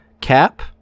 cap